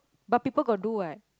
but people got do what